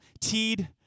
teed